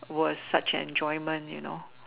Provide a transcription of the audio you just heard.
was such an enjoyment you know